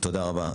תודה רבה.